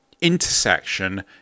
intersection